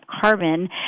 carbon